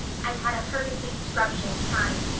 i've had a perfectly scrumptious time.